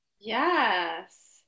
Yes